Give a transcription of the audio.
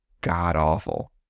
god-awful